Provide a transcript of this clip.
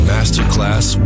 Masterclass